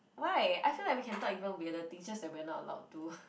why I feel like we can talk even weirder things just that we are not allowed to